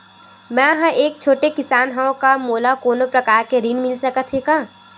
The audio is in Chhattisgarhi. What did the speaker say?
मै ह एक छोटे किसान हंव का मोला कोनो प्रकार के ऋण मिल सकत हे का?